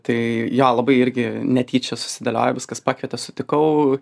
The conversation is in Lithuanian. tai jo labai irgi netyčia susidėliojo viskas pakvietė sutikau